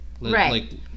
right